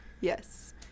Yes